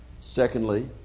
Secondly